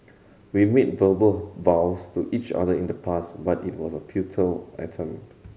we made verbal vows to each other in the past but it was a futile attempt